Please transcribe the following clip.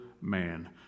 man